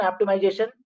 Optimization